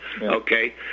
okay